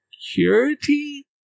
security